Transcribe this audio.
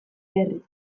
berri